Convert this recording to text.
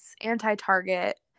anti-Target